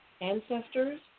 ancestors